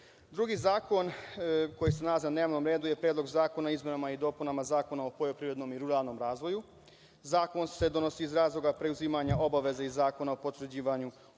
zakon koji se nalazi na dnevnom redu je Predlog zakona o izmenama i dopunama Zakona o poljoprivrednom i ruralnom razvoju. Zakon se donosi iz razloga preuzimanja obaveza iz Zakona o potvrđivanju